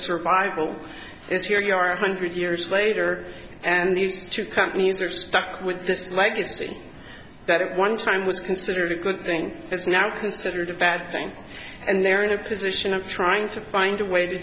survival is here you are a hundred years later and these two companies are stuck with this legacy that at one time was considered a good thing it's now considered a bad thing and they're in a position of trying to find a way to